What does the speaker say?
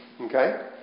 Okay